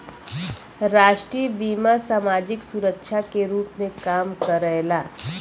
राष्ट्रीय बीमा समाजिक सुरक्षा के रूप में काम करला